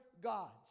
gods